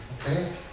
okay